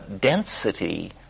density